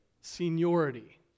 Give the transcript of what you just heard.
seniority